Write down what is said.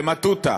במטותא,